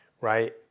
right